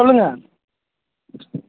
சொல்லுங்கள்